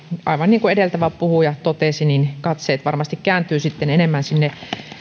aivan niin kuin edeltävä puhuja totesi katseet varmasti kääntyvät enemmän sinne